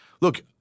look